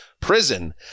prison